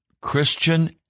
Christian